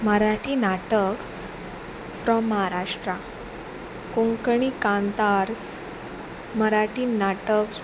मराठी नाटक्स फ्रॉम म्हाराष्ट्रा कोंकणी कांतार्स मराठी नाटक